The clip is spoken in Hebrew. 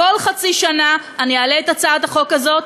כל חצי שנה אני אעלה את הצעת החוק הזאת,